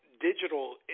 digital